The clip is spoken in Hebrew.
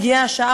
הגיעה השעה,